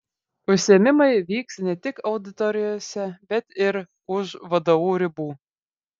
užsiėmimai vyks ne tik auditorijose bet ir už vdu ribų